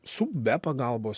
su be pagalbos